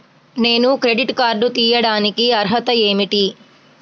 నేను credit card తీయడానికి అర్హత ఏమిటి?